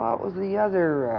what was the other?